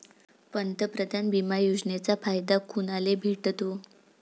पंतप्रधान बिमा योजनेचा फायदा कुनाले भेटतो?